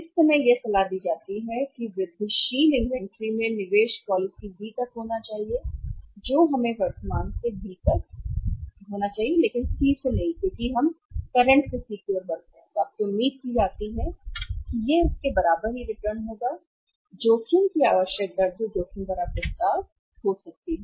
इस समय यह सलाह दी जाती है कि वृद्धिशील इन्वेंट्री में निवेश पॉलिसी बी तक होना चाहिए जो हमें वर्तमान से बी तक होना चाहिए लेकिन C से नहीं क्योंकि हम करंट से C की ओर बढ़ते हैं तो आपसे उम्मीद की जाती है कि यह उसके बराबर ही रिटर्न होगा जोखिम की आवश्यक दर जो जोखिम भरा प्रस्ताव हो सकती है